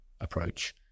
approach